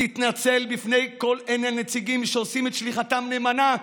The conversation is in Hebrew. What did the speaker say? תתנצל בפני כל אלה הנציגים שעושים את שליחותם נאמנה.